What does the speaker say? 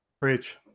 Preach